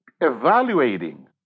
evaluating